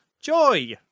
Joy